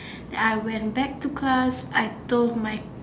I went back to class I told my